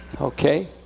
Okay